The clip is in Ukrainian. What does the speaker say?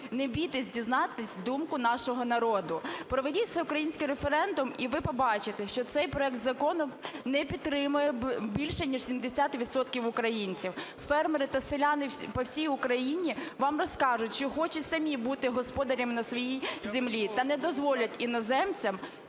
Не бійтесь дізнатись думку нашого народу, проведіть всеукраїнський референдум - і ви побачите, що цей проект закону не підтримує більше ніж 70 відсотків українців. Фермери та селяни по всій Україні вам розкажуть, що хочуть самі бути господарями на своїй землі та не дозволять іноземцям